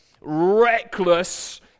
reckless